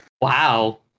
Wow